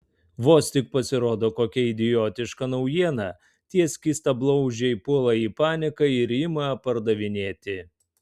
vos tik pasirodo kokia idiotiška naujiena tie skystablauzdžiai puola į paniką ir ima pardavinėti